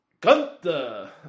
Gunther